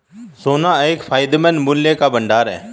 सोना एक फायदेमंद मूल्य का भंडार है